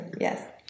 yes